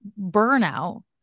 burnout